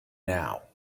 now